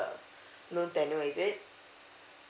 loan tenure is it